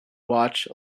watch